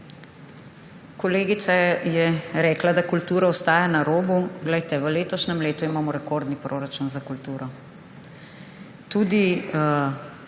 Kolegica je rekla, da kultura ostaja na robu. V letošnjem letu imamo rekordni proračun za kulturo. Tudi